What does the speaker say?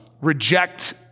Reject